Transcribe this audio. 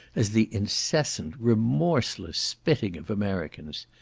as the incessant, remorseless spitting of americans.